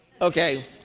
Okay